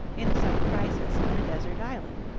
in some crisis on a desert island.